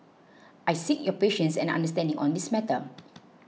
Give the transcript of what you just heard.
I seek your patience and understanding on this matter